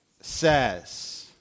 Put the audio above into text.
says